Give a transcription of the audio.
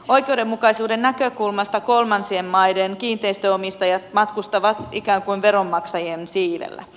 oikeudenmukaisuuden näkökulmasta kolmansien maiden kiinteistönomistajat matkustajat ikään kuin veronmaksajien siivellä